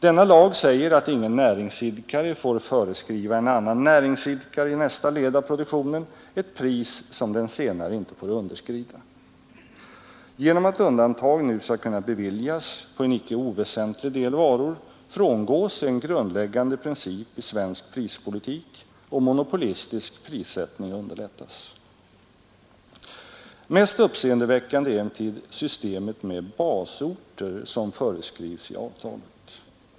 Denna lag säger att ingen näringsidkare får föreskriva en annan näringsidkare i nästa led av produktionen ett pris som den senare inte får underskrida. Genom att undantag nu skall kunna beviljas för en icke oväsentlig del varor frångås en grundläggande princip i svensk prispolitik, och monopolistisk prissättning underlättas Mest uppseendeväckande är emellertid det system med basorter som föreskrivs i avtalet.